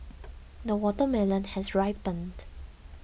the watermelon has ripened